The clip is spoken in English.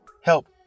help